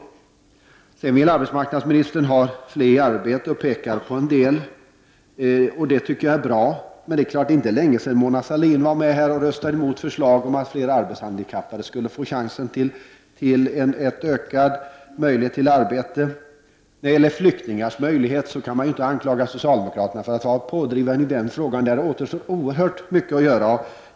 6 Vidare vill arbetsmarknadsministern ha fler i arbete och pekar på en del kategorier. Jag tycker att det är bra, men det är inte länge sedan Mona Sahlin här röstade mot förslag om att fler arbetshandikappade skulle få möjligheter till arbete. När det gäller frågan om flyktingars möjligheter till arbete kan man inte anklaga socialdemokraterna för att vara pådrivande. Därvidlag återstår oerhört mycket att göra.